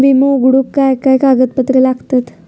विमो उघडूक काय काय कागदपत्र लागतत?